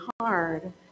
hard